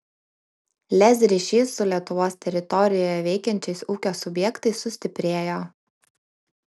lez ryšys su lietuvos teritorijoje veikiančiais ūkio subjektais sustiprėjo